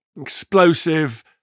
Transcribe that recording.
explosive